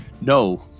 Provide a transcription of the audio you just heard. No